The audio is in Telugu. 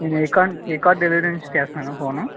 నేను ఏకాన్ ఏకాార్ డేలివరీ నుంచి చేస్తున్నాను ఫోను